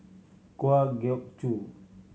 Kwa Geok Choo